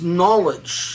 knowledge